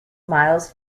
miles